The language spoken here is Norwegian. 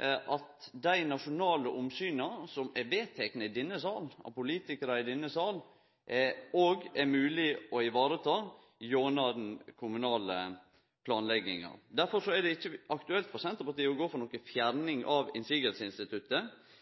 det gjennom den kommunale planlegginga er mogleg å vareta dei nasjonale omsyna som er vedtekne av politikarar i denne salen. Derfor er det ikkje aktuelt for Senterpartiet å gå for ei fjerning av